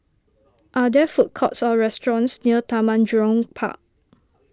are there food courts or restaurants near Taman Jurong Park